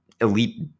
elite